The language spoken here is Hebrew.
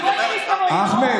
ייגמר לך המייל.